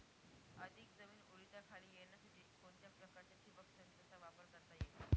अधिक जमीन ओलिताखाली येण्यासाठी कोणत्या प्रकारच्या ठिबक संचाचा वापर करता येईल?